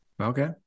Okay